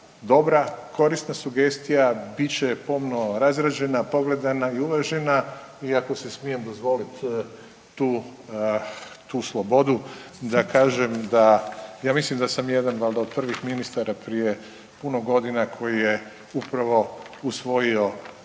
dobra, korisna sugestija bit će pomno razrađena, pogledana i umrežena. I ako si smijem dozvoliti tu, tu slobodu da kažem da ja mislim da sam valjda jedan od prvih ministra prije puno godina koji je upravo usvojio